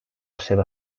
seva